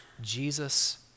Jesus